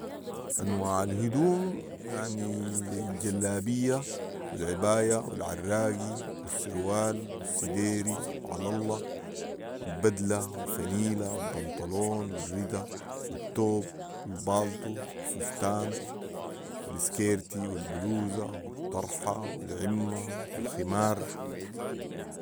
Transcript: انواع الهدوم يعني ذي الجلابيه و العبايه و العراقي والسروال و السديري و علي الله والبدله و الفنيله والبنطلون و الردا والتوب والبالطو والفستان والاسكيرتي والبلوزه والطرحه والعمه والخمار